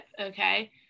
okay